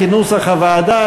כנוסח הוועדה,